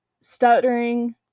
stuttering